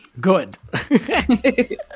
Good